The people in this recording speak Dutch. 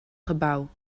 gebouw